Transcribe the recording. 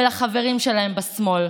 ולחברים שלהם בשמאל: